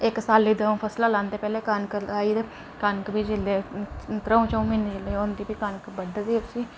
इक सालै दियां द'ऊं फसला लांदे पैह्ले कनक लांदे कनक दी जेल्लै त्र'ऊं च'ऊं म्हीनें कनक बड्ढदे उसी